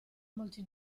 molti